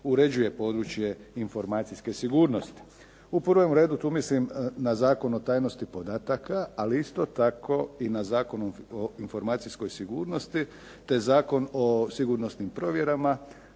uređuje područje informacijske sigurnosti. U prvom redu tu mislim na Zakon o tajnosti podataka, ali isto tako i na Zakon o informacijskoj sigurnosti, te na Zakon o sigurnosnim provjerama.